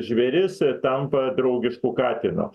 žvėris tampa draugišku katinu